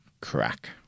crack